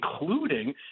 including